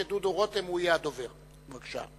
שדודו רותם יהיה הדובר בשמה.